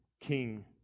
king